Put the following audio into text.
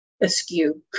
askew